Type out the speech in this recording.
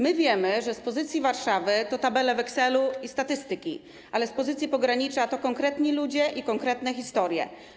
My wiemy, że z pozycji Warszawy to tabele w Excelu i statystyki, ale z pozycji pogranicza to konkretni ludzie i konkretne historie.